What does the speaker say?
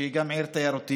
שגם היא עיר תיירותית,